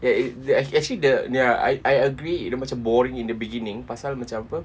ya it act~ actually the ya I I agree that macam boring in the beginning pasal macam apa